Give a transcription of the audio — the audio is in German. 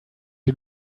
die